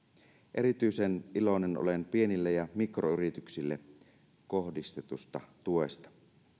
erityisen iloinen olen pienille ja mikroyrityksille kohdistetusta tuesta